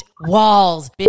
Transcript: walls